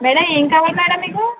madam ఏం కావాలి madam మీకు